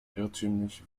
irrtümlich